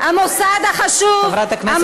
40 שנה